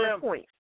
points